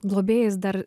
globėjais dar